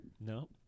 No